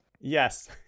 Yes